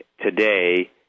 today